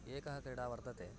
एका क्रीडा वर्तते